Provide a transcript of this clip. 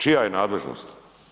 Čija je nadležnost?